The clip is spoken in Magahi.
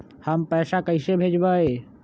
हम पैसा कईसे भेजबई?